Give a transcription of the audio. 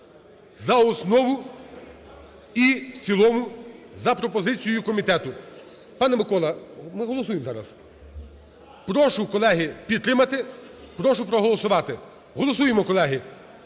за основу і в цілому за пропозицією комітету. Пане Миколо, ми голосуємо зараз. Прошу, колеги, підтримати. Прошу проголосувати. Голосуємо, колеги.